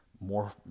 more